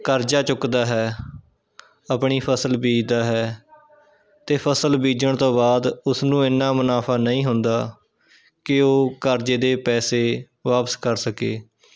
ਕਰਜ਼ਾ ਚੁੱਕਦਾ ਹੈ ਆਪਣੀ ਫਸਲ ਬੀਜਦਾ ਹੈ ਅਤੇ ਫਸਲ ਬੀਜਣ ਤੋਂ ਬਾਅਦ ਉਸਨੂੰ ਇੰਨਾ ਮੁਨਾਫ਼ਾ ਨਹੀਂ ਹੁੰਦਾ ਕਿ ਉਹ ਕਰਜ਼ੇ ਦੇ ਪੈਸੇ ਵਾਪਿਸ ਕਰ ਸਕੇ